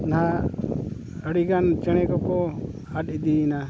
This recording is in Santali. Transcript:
ᱱᱟᱦᱟᱜ ᱟᱹᱰᱤ ᱜᱟᱱ ᱪᱮᱬᱮ ᱠᱚᱠᱚ ᱟᱫ ᱤᱫᱤᱭᱮᱱᱟ